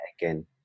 again